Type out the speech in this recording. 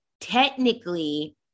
technically